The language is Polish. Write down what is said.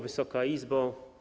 Wysoka Izbo!